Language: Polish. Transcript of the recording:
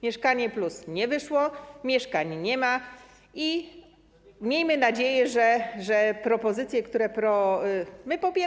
Mieszkanie+” nie wyszło, mieszkań nie ma i miejmy nadzieję, że propozycje, które popieramy.